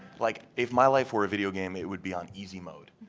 like if my life were a video game it would be on easy mode.